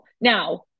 Now